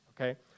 okay